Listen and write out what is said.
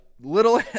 Little